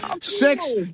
Six